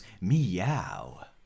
meow